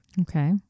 Okay